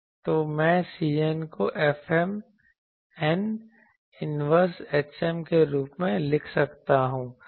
तो मैं Cn को Fmn इन्वर्स hm के रूप में लिख सकता हूं